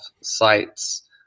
sites